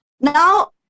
Now